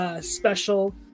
special